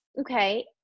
okay